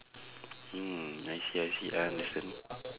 mm I see I see understand